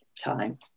time